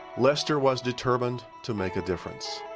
lester was determined to make a difference.